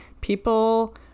People